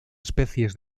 especies